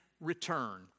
return